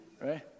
Right